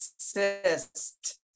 assist